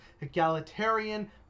egalitarian